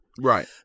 Right